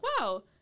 wow